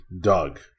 Doug